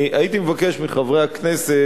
הייתי מבקש מחברי הכנסת,